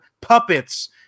puppets